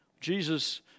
Jesus